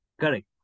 Correct